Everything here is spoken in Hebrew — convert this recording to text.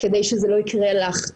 כדי שזה לא יקרה לך,